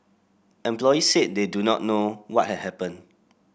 employees said they do not know what had happened